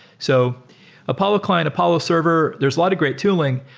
so apollo client, apollo server, there is lot of great tooling.